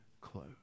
close